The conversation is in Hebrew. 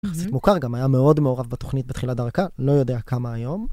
מוכר גם היה מאוד מעורב בתוכנית בתחילת דרכה לא יודע כמה היום.